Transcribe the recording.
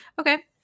Okay